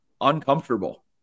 uncomfortable